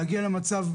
להגיע למצב,